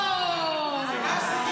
הו, הו, הו.